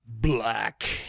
Black